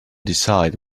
decide